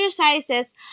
exercises